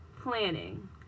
planning